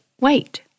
wait